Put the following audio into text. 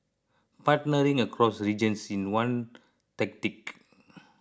partnering across regions is one tactic